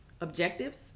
Objectives